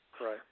Right